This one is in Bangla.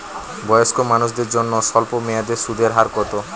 বয়স্ক মানুষদের জন্য স্বল্প মেয়াদে সুদের হার কত?